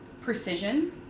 precision